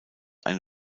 eine